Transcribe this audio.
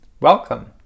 Welcome